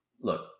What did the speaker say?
look